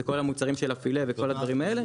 זה כל המוצרים של הפילה וכל הדברים האלה,